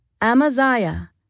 Amaziah